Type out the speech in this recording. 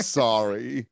sorry